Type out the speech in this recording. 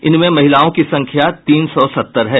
इनमें महिलाओं की संख्या तीन सौ सत्तर है